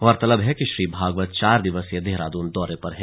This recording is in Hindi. गौरतलब है कि श्री भागवत चार दिवसीय देहरादून दौरे पर हैं